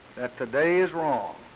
that the day is wrong,